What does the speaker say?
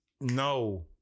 No